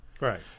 Right